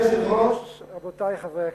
היושב-ראש, רבותי חברי הכנסת,